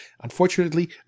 unfortunately